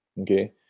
okay